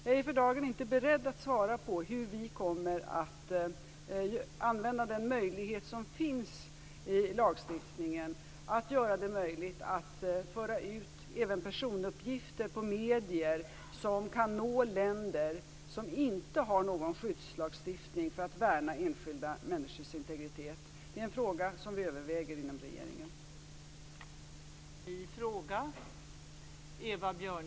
Jag är för dagen inte beredd att svara på hur vi kommer att använda den möjlighet som finns i lagstiftningen att göra det möjligt att föra ut även personuppgifter på medier som kan nå länder som inte har någon skyddslagstiftning för att värna enskilda människors integritet. Det är en fråga som vi överväger inom regeringen.